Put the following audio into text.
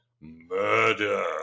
Murder